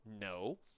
No